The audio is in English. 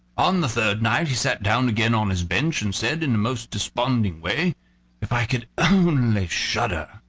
on the third night he sat down again on his bench, and said, in the most desponding way if i could only shudder!